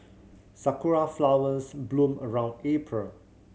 sakura flowers bloom around April